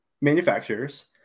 manufacturers